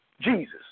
Jesus